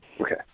Okay